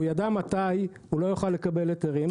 הוא ידע מתי הוא לא יוכל לקבל היתרים,